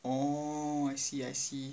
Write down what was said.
oh I see I see